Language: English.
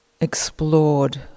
explored